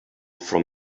from